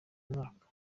mwaka